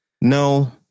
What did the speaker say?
No